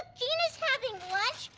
gina's having lunch.